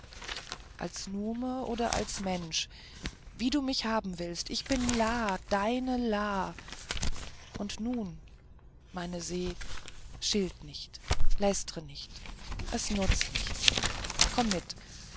als nume oder als mensch wie du mich haben willst ich bin la deine la und nun meine se schilt nicht lästre nicht es nutzt nichts komm mit